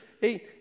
Hey